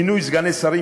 מינוי סגני שרים,